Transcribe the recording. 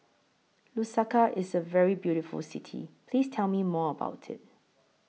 Lusaka IS A very beautiful City Please Tell Me More about IT